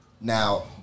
Now